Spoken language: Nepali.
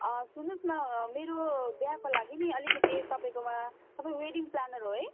सुन्नु होस् न मेरो बिहाको लागि नि अलिकति तपाईँकोमा तपाईँ वेडिङ प्लानर हो है